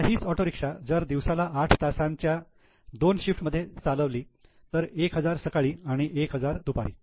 आता हीच ऑटोरिक्षा जर दिवसाला 8 तासांच्या दोन शिफ्ट मध्ये चालवली तर 1000 सकाळी आणि 1000 दुपारी